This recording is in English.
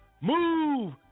Move